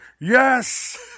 yes